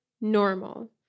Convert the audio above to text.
normal